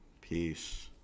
Peace